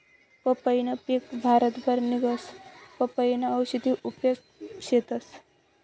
पंपईनं पिक भारतभर निंघस, पपयीना औषधी उपेग शेतस